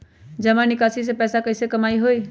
जमा निकासी से पैसा कईसे कमाई होई?